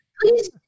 Please